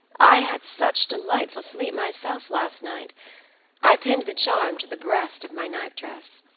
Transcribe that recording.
i had such delightful sleep myself last night i pinned the charm to the breast of my nightdress.